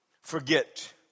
Forget